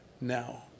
now